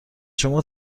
شما